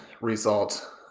result